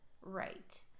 Right